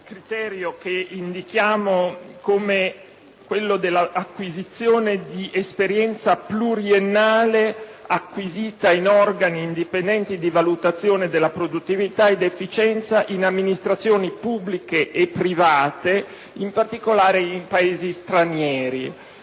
commissione centrale, a quello dell'acquisizione di un'esperienza pluriennale acquisita in organi indipendenti di valutazione della produttività ed efficienza di amministrazioni pubbliche e private in particolare in Paesi stranieri.